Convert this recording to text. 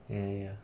ya ya ya